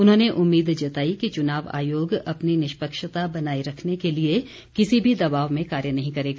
उन्होंने उम्मीद जताई कि चुनाव आयोग अपनी निष्पक्षता बनाए रखने के लिए किसी भी दबाव में कार्य नहीं करेगा